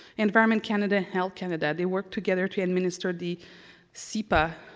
environment canada health canada, they work together to administer the cepa,